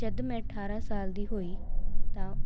ਜਦ ਮੈਂ ਅਠਾਰ੍ਹਾਂ ਸਾਲ ਦੀ ਹੋਈ ਤਾਂ